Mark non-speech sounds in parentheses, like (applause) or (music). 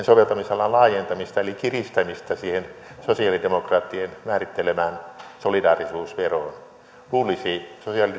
(unintelligible) soveltamisalan laajentamista eli kiristämistä siihen sosialidemokraattien määrittelemään solidaarisuusveroon luulisi sosialidemokraattien olevan tyytyväisiä tähän